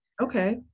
Okay